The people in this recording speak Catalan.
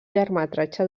llargmetratge